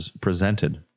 presented